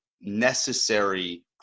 necessary